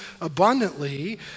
abundantly